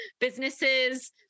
businesses